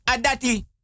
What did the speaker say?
adati